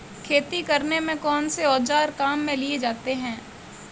खेती करने में कौनसे औज़ार काम में लिए जाते हैं?